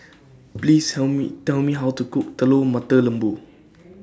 Please help Me Tell Me How to Cook Telur Mata Lembu